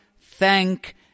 thank